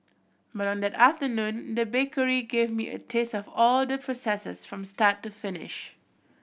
but on that afternoon the bakery gave me a taste of all the processes from start to finish